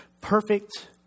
perfect